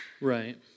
Right